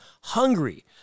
hungry